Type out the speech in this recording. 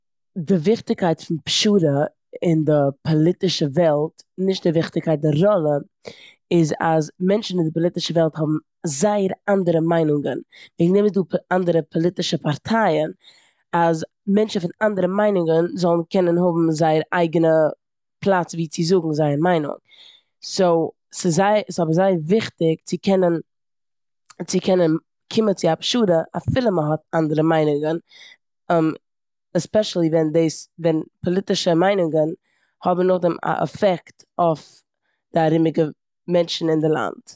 די וויכטיגקייט פון פשרה אין די פאליטישע וועלט, נישט די וויכטיגקייט, די ראלע, איז אז מענטשן אין די פאליטישע וועלט האבן זייער אנדערע מיינונגען. וועגן דעם איז דא אנדערע פאליטישע פארטייען אז מענטשן פון אנדערע מיינונגען זאלן קענען האבן זייער אייגענע פלאץ ווי צו זאגן זייער מיינונג. סאו ס'איז זיי- אבער ס'איז זייער וויכטיג צו קענען- צו קענען קומען צו א פשרה אפילו מ'האט אנדערע מיינונגען עספעשילי ווען דאס- ווען פאליטישע מיינונגען האבן נאכדעם א עפעקט אויף די ארומיגע מענטשן אין די לאנד.